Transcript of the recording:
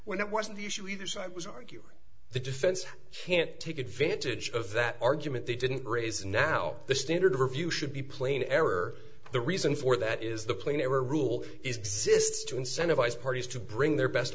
when it wasn't the issue either side was argue the defense can't take advantage of that argument they didn't raise now the standard of review should be plain error the reason for that is the plane they were ruled is exists to incentivise parties to bring their best